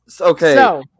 Okay